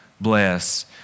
bless